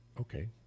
okay